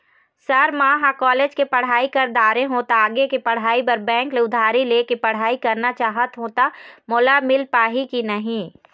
Sir म ह college के पढ़ाई कर दारें हों ता आगे के पढ़ाई बर बैंक ले उधारी ले के पढ़ाई करना चाहत हों ता मोला मील पाही की नहीं?